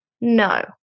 No